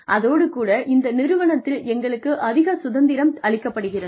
அதோடு கூட இந்த நிறுவனத்தில் எங்களுக்கு அதிக சுதந்திரம் அளிக்கப்படுகிறது